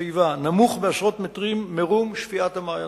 בעשרות מטרים מרום שפיעת המעיינות.